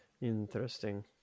Interesting